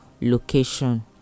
location